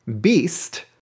beast